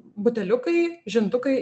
buteliukai žindukai